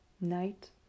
night